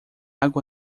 água